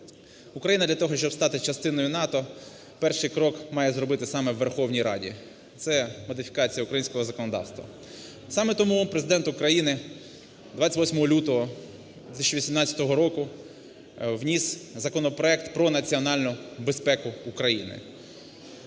Україна для того, щоб стати частиною НАТО, перший крок має зробити саме в Верховній Раді – це модифікація українського законодавства. Саме тому Президент України 28 лютого 2018 року вніс законопроект про національну безпеку України.